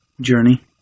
journey